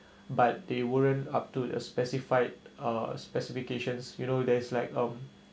but they weren't up to the specified uh specifications you know there's like um